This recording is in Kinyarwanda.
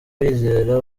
wizera